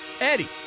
Eddie